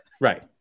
Right